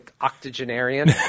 octogenarian